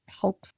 help